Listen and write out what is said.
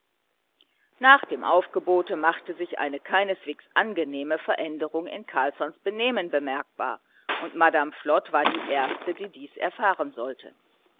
nach dem aufgebote machte sich eine keineswegs angenehme veränderung in carlssons benehmen bemerkbar und madame flod war die erste die dies erfahren sollte